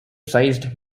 sized